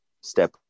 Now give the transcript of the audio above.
step